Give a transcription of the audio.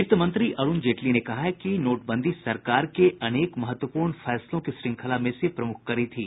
वित्त मंत्री अरुण जेटली ने कहा है कि नोटबंदी सरकार के अनेक महत्वपूर्ण फैसलों की श्रंखला में से प्रमुख कड़ी थी